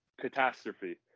catastrophe